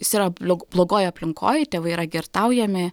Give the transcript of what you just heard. jis yra bliog blogoj aplinkoje tėvai yra girtaujami